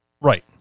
Right